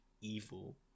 evil